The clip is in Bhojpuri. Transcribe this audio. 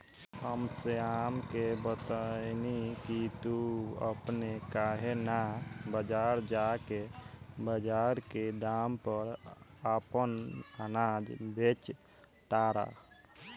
हम श्याम के बतएनी की तू अपने काहे ना बजार जा के बजार के दाम पर आपन अनाज बेच तारा